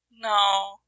No